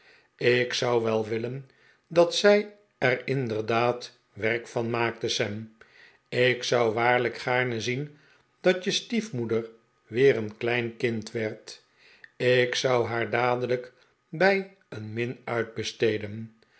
ik zou wel willen dat zij er inderdaad werk van maakte sam ik zou waarlijk gaarne zien dat je stiefmoeder weer een klein kind werd ik zou haar dadelijk bij een min uitbesteden